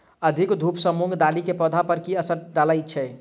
अधिक धूप सँ मूंग दालि केँ पौधा पर की असर डालय छै?